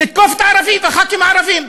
תתקוף את הערבים ואת חברי הכנסת הערבים.